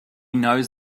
knows